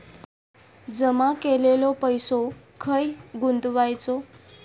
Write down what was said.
जमा केलेलो पैसो खय गुंतवायचो?